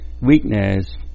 weakness